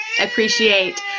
appreciate